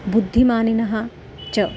बुद्धिमानिनः च